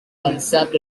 concept